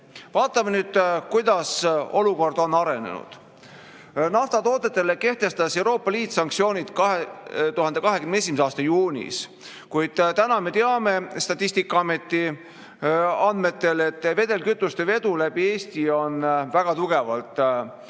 nüüd, kuidas olukord on arenenud. Naftatoodete suhtes kehtestas Euroopa Liit sanktsioonid 2021. aasta juunis, kuid me teame Statistikaameti andmeid, et vedelkütuste vedu läbi Eesti on pärast seda